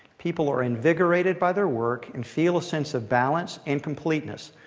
people are invigorated by their work and feel a sense of balance and completeness,